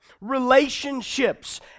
relationships